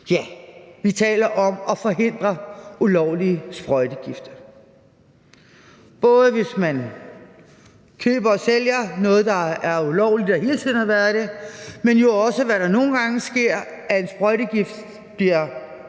Ja, vi taler om at forhindre ulovlige sprøjtegifte, både hvis man køber og sælger noget, der er ulovligt og hele tiden har været det. Nogle gange sker der det, at en sprøjtegift bliver